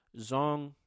Zong